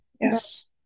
Yes